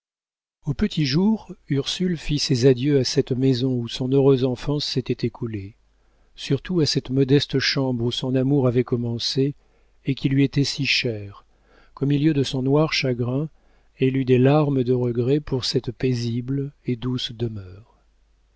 au petit jour ursule fit ses adieux à cette maison où son heureuse enfance s'était écoulée surtout à cette modeste chambre où son amour avait commencé et qui lui était si chère qu'au milieu de son noir chagrin elle eut des larmes de regret pour cette paisible et douce demeure